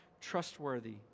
trustworthy